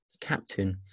captain